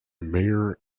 mayor